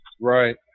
right